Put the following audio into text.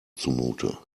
zumute